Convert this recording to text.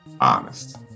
honest